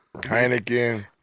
Heineken